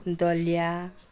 दलिया